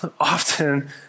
often